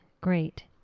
Great